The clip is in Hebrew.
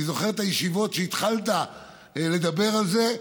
אני זוכר את הישיבות כשהתחלת לדבר על זה,